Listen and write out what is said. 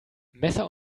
messer